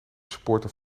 supporter